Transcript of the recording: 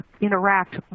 interact